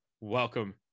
Welcome